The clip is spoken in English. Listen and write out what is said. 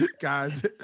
Guys